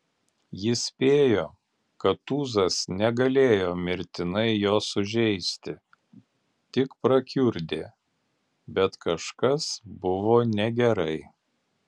jis spėjo kad tūzas negalėjo mirtinai jo sužeisti tik prakiurdė bet kažkas buvo negerai